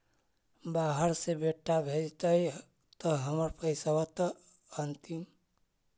बाहर से बेटा भेजतय त हमर पैसाबा त अंतिम?